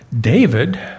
David